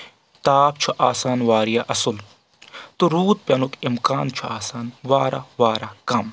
تاپھٔ چھُ آسان واریاہ اَصٕل تہٕ روٗد پؠنُک امہِ کان چھُ آسان واراہ واراہ کم